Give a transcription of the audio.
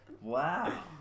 Wow